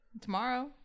Tomorrow